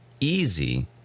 easy